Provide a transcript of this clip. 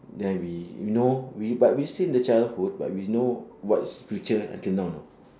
then we you know we but we still in the childhood but we know what's future until now